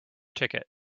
ticket